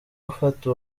gufata